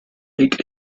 cake